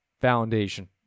foundation